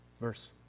verse